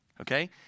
Okay